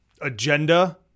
agenda